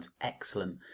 excellent